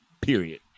Period